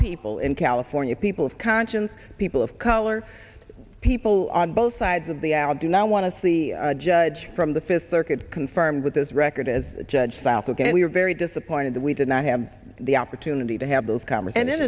people in california people of conscience people of color people on both sides of the al do not want to see a judge from the fifth circuit confirmed with his record as judge south again we are very disappointed that we did not have the opportunity to have those commerce and in